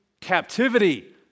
captivity